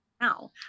now